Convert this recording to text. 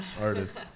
artist